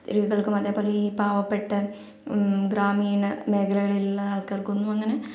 സ്ത്രീകൾക്കും അതേപോലെ ഈ പാവപ്പെട്ട ഗ്രാമീണ മേഖലകളിലുള്ള ആൾക്കാർക്കും ഒന്നും അങ്ങനെ